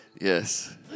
Yes